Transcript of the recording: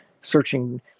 searching